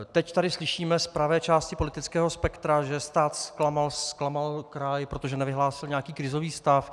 Teď tady slyšíme z pravé části politického spektra, že stát zklamal, zklamal kraj, protože nevyhlásil nějaký krizový stav.